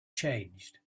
changed